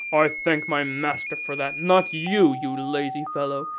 i thank my master for that not you, you lazy fellow!